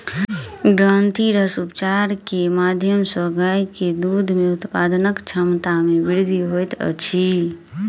ग्रंथिरस उपचार के माध्यम सॅ गाय के दूध उत्पादनक क्षमता में वृद्धि होइत अछि